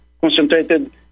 concentrated